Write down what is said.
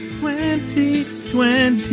2020